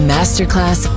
Masterclass